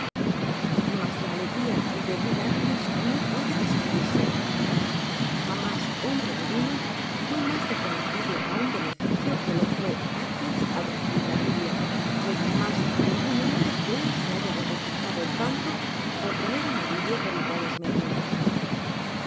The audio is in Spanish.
mas la alegria de will atkins no puede describirse jamás hombre alguno fué mas reconocido á un beneficio que lo fue atkins al recibir la biblia ni jamás ningun hombre creo se haya regocijado tanto por tener una biblia por iguales medios